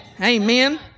Amen